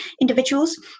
individuals